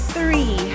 Three